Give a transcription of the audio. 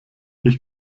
ich